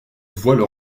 voient